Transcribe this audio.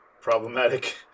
problematic